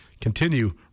continue